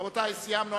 רבותי, סיימנו.